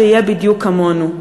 שיהיה בדיוק כמונו.